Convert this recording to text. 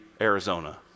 Arizona